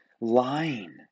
lying